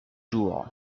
jours